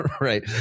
right